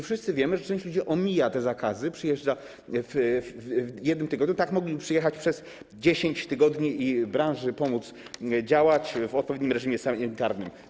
Wszyscy wiemy, że część ludzi omija zakazy, przyjeżdża w jednym tygodniu, a tak mogliby przyjeżdżać przez 10 tygodni i pomóc branży działać w odpowiednim reżimie sanitarnym.